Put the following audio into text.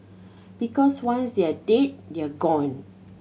because once they're dead they're gone